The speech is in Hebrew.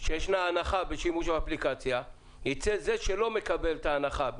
שישנה הנחה בשימוש באפליקציה ייצא שזה שלא מקבל את ההנחה,